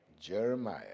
Jeremiah